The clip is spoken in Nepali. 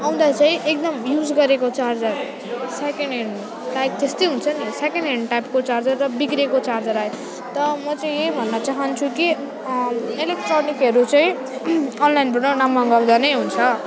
आउँदा चाहिँ एकदम युज गरेको चार्जर सेकेन्ड ह्यान्ड प्रायः त्यस्तै हुन्छ नि सेकेन्ड ह्यान्ड टाइपको चार्जर र बिग्रेको चार्जर आयो त म चाहिँ यही भन्न चाहन्छु कि इलेक्ट्रोनिकहरू चाहिँ अनलाइनबाट नमगाउँदा नै हुन्छ